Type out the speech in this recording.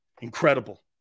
incredible